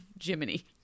Jiminy